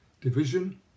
Division